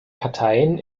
parteien